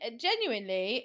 genuinely